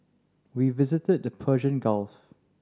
we visited the Persian Gulf